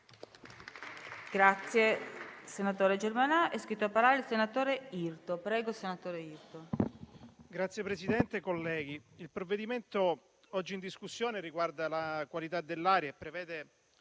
il provvedimento oggi in discussione riguarda la qualità dell'aria e prevede,